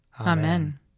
Amen